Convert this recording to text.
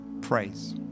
praise